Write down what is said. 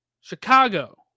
Chicago